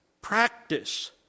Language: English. practice